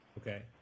Okay